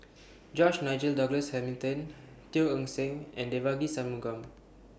George Nigel Douglas Hamilton Teo Eng Seng and Devagi Sanmugam